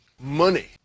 money